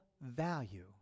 value